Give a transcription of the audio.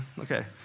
Okay